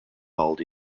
bald